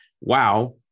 wow